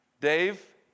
Dave